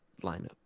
lineup